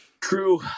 true